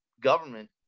government